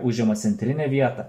užima centrinę vietą